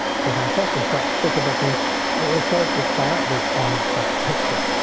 so if i press the shutter shutter button it will a focus directly on that picture.